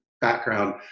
background